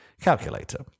Calculator